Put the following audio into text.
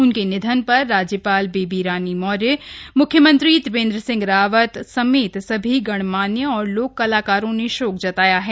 उनके निधन पर राज्यपाल बेबी रानी मौर्य मुख्यमंत्री त्रिवेंद्र सिंह रावत समेत सभी गणमान्यों और लोक कलाकारों ने शोक जताया है